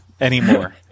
anymore